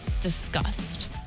Disgust